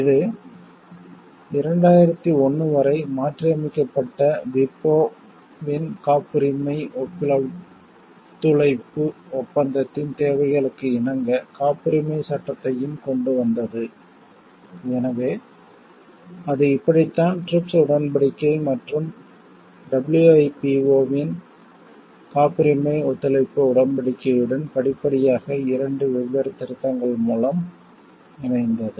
இது 2001 வரை மாற்றியமைக்கப்பட்ட WIPO இன் காப்புரிமை ஒத்துழைப்பு ஒப்பந்தத்தின் தேவைகளுக்கு இணங்க காப்புரிமைச் சட்டத்தையும் கொண்டு வந்தது எனவே அது இப்படித்தான் TRIPS உடன்படிக்கை மற்றும் WIPO இன் காப்புரிமை ஒத்துழைப்பு உடன்படிக்கையுடன் படிப்படியாக இரண்டு வெவ்வேறு திருத்தங்கள் மூலம் இணைந்தது